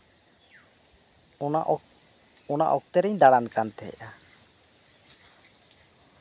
ᱚᱱᱟ ᱚᱱᱟ ᱚᱠᱛᱚᱮ ᱨᱤᱧ ᱫᱟᱸᱲᱟᱱ ᱠᱟᱱ ᱛᱟᱦᱮᱸᱫᱼᱟ